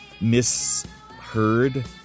misheard